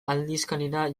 aldizkarira